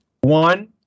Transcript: One